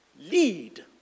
lead